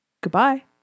Goodbye